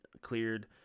cleared